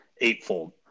eightfold